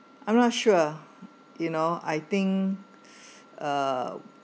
I'm not sure you know I think uh